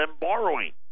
borrowing